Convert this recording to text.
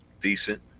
decent